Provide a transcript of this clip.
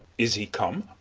is he come?